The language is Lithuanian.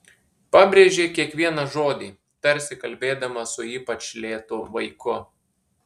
pabrėžė kiekvieną žodį tarsi kalbėdama su ypač lėtu vaiku